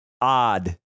odd